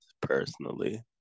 personally